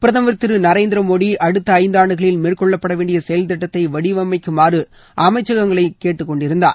பிரதமர் திரு நரேந்திர மோடி அடுத்த ஐந்தாண்டுகளில் மேற்கொள்ளப்படவேண்டிய செயல் திட்டத்தை வடிவமைக்குமாறு அமைச்சகங்களையும் கேட்டுக்கொண்டிருந்தார்